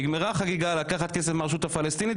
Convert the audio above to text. נגמרה החגיגה לקחת כסף מהרשות הפלסטינית